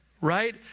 right